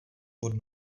pod